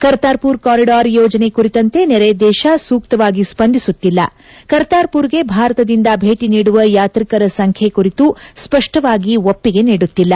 ಕರ್ತಾರ್ಮರ್ corridor ಯೋಜನೆ ಕುರಿತಂತೆ ನೆರೆ ದೇಶ ಸೂಕ್ತವಾಗಿ ಸ್ಲಂದಿಸುತ್ತಿಲ್ಲ ಕರ್ತಾರ್ಮರ್ಗೆ ಭಾರತದಿಂದ ಭೇಟ ನೀಡುವ ಯಾತ್ರಿಕರ ಸಂಖ್ಯೆ ಕುರಿತು ಸ್ವಷ್ಟವಾಗಿ ಒಪ್ಪಿಗೆ ನೀಡುತ್ತಿಲ್ಲ